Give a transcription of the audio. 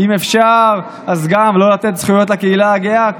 אם אפשר אז גם לא לתת זכויות לקהילה הגאה.